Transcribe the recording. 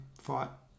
fought